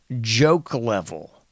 joke-level